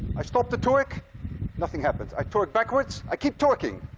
i stop the torque nothing happens. i torque backwards i keep torqueing.